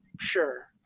sure